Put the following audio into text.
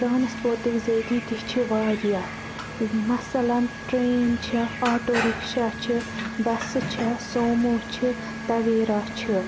ٹرانسپوٹٕکۍ ذٔریعہٕ تہِ چھِ واریاہ مَثلن ٹرٛین چھِ آٹو رِکشاہ چھِ بَسہٕ چھےٚ سومو چھِ تَویرا چھِ